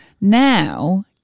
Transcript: Now